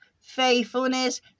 faithfulness